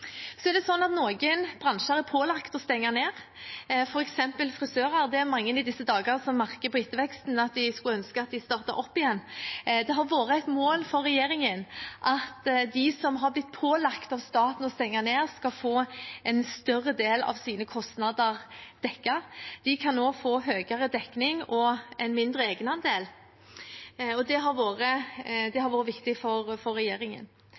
Noen bransjer er pålagt å stenge ned, f.eks. frisører. Det er mange som i disse dager merker på etterveksten at de skulle ønske de startet opp igjen. Det har vært et mål for regjeringen at de som er blitt pålagt av staten å stenge ned, skal få en større del av kostnadene sine dekket. De kan også få høyere dekning og en mindre egenandel. Det har vært viktig for regjeringen. Denne kompensasjonsordningen er ingen perfekt ordning. Det